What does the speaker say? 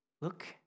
Look